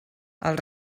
els